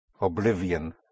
Oblivion